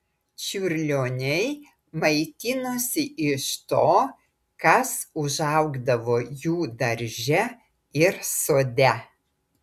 čiurlioniai maitinosi iš to kas užaugdavo jų darže ir sode